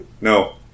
No